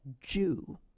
Jew